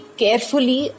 carefully